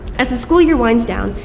as the school year winds down,